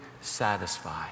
satisfy